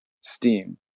steam